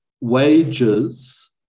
wages